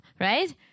right